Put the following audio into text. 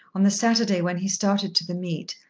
on the saturday when he started to the meet,